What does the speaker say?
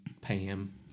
Pam